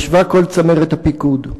ישבה כל צמרת הפיקוד: